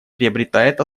приобретает